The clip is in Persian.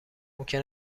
ممکن